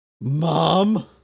mom